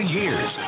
years